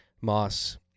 Moss